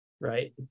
right